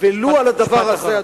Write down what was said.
ולו על הדבר הזה,